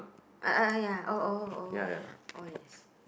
uh uh ya oh oh oh yes